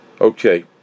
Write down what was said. Okay